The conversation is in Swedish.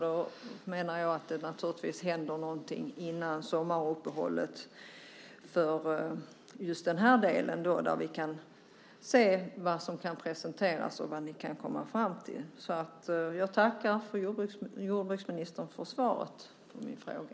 Då menar jag att det naturligtvis händer någonting innan sommaruppehållet för just den här delen, där vi kan se vad som kan presenteras och vad ni kan komma fram till. Jag tackar jordbruksministern för svaret på min fråga.